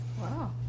Wow